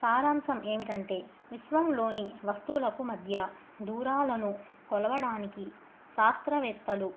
సారాంశం ఏమిటంటే విశ్వంలోని వస్తువులకు మధ్య దూరాలను కొలవడానికి శాస్త్రవేత్తలు